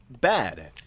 bad